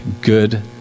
good